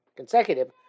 consecutive